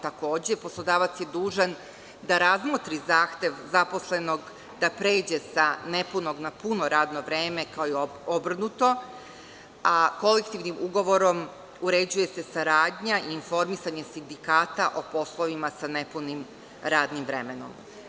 Takođe, poslodavac je dužan da razmotri zahtev zaposlenog da pređe sa nepunog na puno radno vreme kao i obrnuto, a kolektivnim ugovorom se uređuje saradnja i informisanje sindikata o poslovima sa nepunim radnim vremenom.